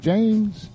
James